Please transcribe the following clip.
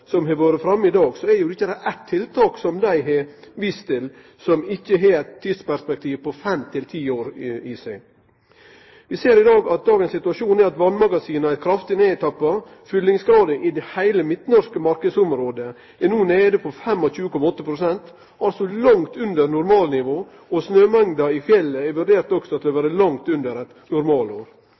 som har vore framme i dag, er det jo ikkje eitt tiltak som dei har vist til, som ikkje har eit tidsperspektiv på fem–ti år. Vi ser at dagens situasjon er at vassmagasina er kraftig nedtappa, og fyllingsgraden i heile det midtnorske marknadsområdet er no nede på 25,8 pst., altså langt under normalnivået, og snømengdene i fjellet er òg vurderte til å vere langt under eit normalår.